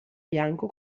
bianco